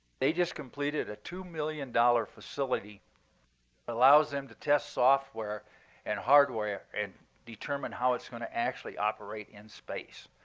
they just completed a two million dollars facility that allows them to test software and hardware and determine how it's going to actually operate in space.